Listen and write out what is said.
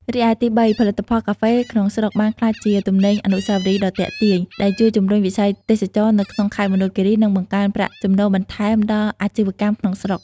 រីឯ ទីបី ផលិតផលកាហ្វេក្នុងស្រុកបានក្លាយជាទំនិញអនុស្សាវរីយ៍ដ៏ទាក់ទាញ ដែលជួយ ជំរុញវិស័យទេសចរណ៍ នៅក្នុងខេត្តមណ្ឌលគិរី និងបង្កើនប្រាក់ចំណូលបន្ថែមដល់អាជីវកម្មក្នុងស្រុក។